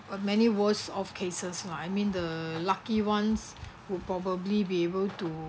a many worse of cases lah I mean the lucky ones would probably be able to